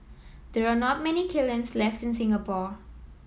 there are not many kilns left in Singapore